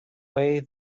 way